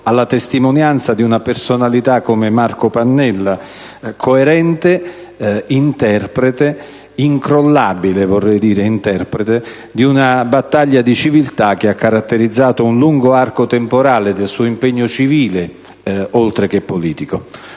alla testimonianza di una personalità come Marco Pannella, coerente, anzi incrollabile interprete di una battaglia di civiltà che ha caratterizzato un lungo arco temporale del suo impegno civile, oltre che politico.